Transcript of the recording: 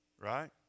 right